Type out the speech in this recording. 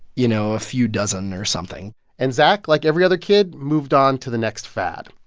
you know, a few dozen or something and zac, like every other kid, moved onto the next fad.